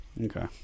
Okay